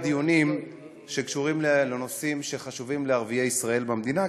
דיונים שקשורים לנושאים שחשובים לערביי ישראל במדינה,